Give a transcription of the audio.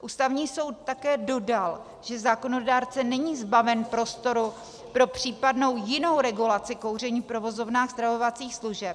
Ústavní soud také dodal, že zákonodárce není zbaven prostoru pro případnou jinou regulaci kouření v provozovnách stravovacích služeb.